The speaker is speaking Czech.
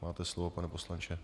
Máte slovo, pane poslanče.